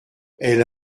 elle